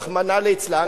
רחמנא ליצלן,